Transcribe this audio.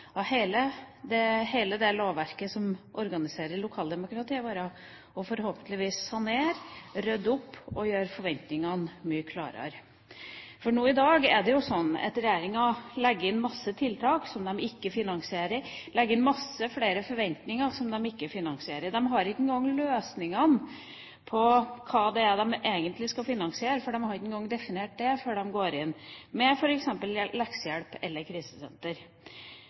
av hele det lovverket som organiserer lokaldemokratiet vårt, og forhåpentligvis sanere, rydde opp og gjøre forventningene mye klarere. For nå i dag er det jo sånn at regjeringa legger inn masse tiltak som de ikke finansierer, de legger inn masse flere forventninger som de ikke finansierer. De har ikke engang løsningene på hva det er de egentlig skal finansiere, for de har ikke engang definert dét før de går inn med f.eks. leksehjelp eller krisesenter.